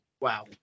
wow